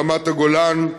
רמת-הגולן,